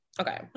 Okay